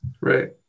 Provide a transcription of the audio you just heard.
Right